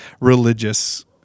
religious